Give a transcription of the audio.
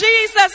Jesus